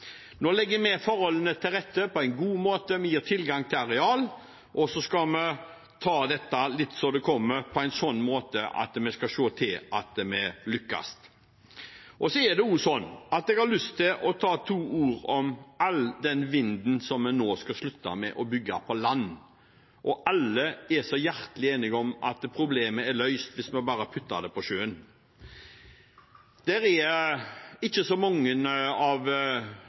Nå legger vi forholdene til rette på en god måte. Vi gir tilgang til arealer, og så skal vi ta dette litt som det kommer, på en sånn måte at vi skal se til at vi lykkes. Så har jeg lyst til å ta to ord om all den vinden vi nå skal slutte å bygge ut på land. Alle er hjertens enige om at problemet er løst hvis vi bare plasserer vindmøllene på sjøen. Det er ikke så mange av